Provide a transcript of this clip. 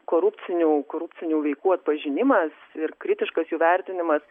korupcinių korupcinių veikų atpažinimas ir kritiškas jų vertinimas